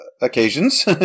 occasions